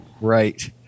Right